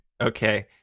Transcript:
okay